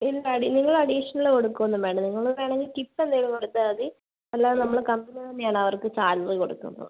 ഇല്ല അഡീ നിങ്ങൾ അഡീഷണല് കൊടുക്കുകയൊന്നും വേണ്ട നിങ്ങള് വേണമെങ്കിൽ ടിപ്പ് എന്തെങ്കിലും കൊടുത്താൽ മതി അല്ലാണ്ട് നമ്മള് കമ്പനി തന്നെയാണ് അവർക്ക് സാലറി കൊടുക്കുന്നത്